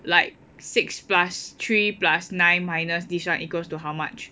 like six plus three plus nine minus this one equals to how much